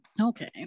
Okay